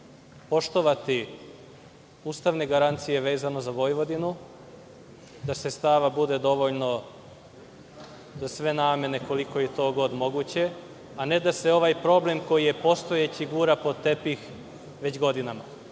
poštovati ustavne garancije, vezano za Vojvodinu, da sredstava bude dovoljno za sve namene koliko je god to moguće, a ne da se ovaj problem koji je postojeći, gura pod tepih već godinama. Vi